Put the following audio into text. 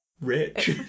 rich